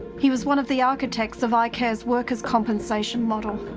he was one of the architects of ah icare's workers compensation model.